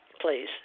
please